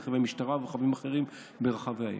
רכבי משטרה ורכבים אחרים ברחבי העיר.